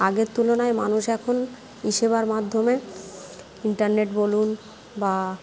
আগের তুলনায় মানুষ এখন ই সেবার মাধ্যমে ইন্টারনেট বলুন বা